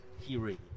hearing